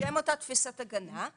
בשם אותה תפיסת הגנה,